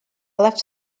left